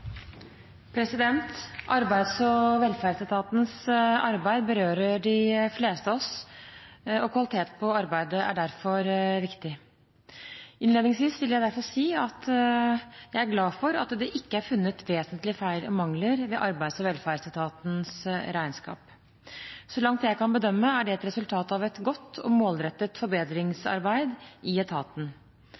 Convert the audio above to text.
Arbeids- og velferdsetatens arbeid berører de fleste av oss, og kvalitet på arbeidet er derfor viktig. Innledningsvis vil jeg derfor si at jeg er glad for at det ikke er funnet vesentlige feil og mangler ved Arbeids- og velferdsetatens regnskap. Så langt jeg kan bedømme, er det resultat av et godt og målrettet forbedringsarbeid i etaten.